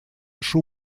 шум